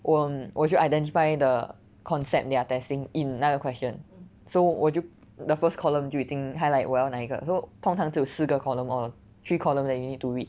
我我就 identify the concept they are testing in 那个 question so 我就 the first column 就已经 highlight 我要哪一个 so 通常只有四个 column or three column that you need to read